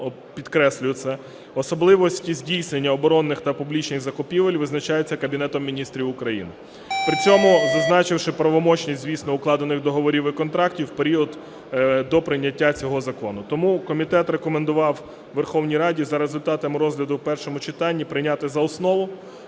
підкреслюю це. Особливості здійснення оборонних та публічних закупівель визначаються Кабінетом Міністрів України, при цьому зазначивши правомочність, звісно, укладених договорів і контрактів у період до прийняття цього закону. Тому комітет рекомендував Верховній Раді за результатами розгляду у першому читанні прийняти за основу,